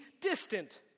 distant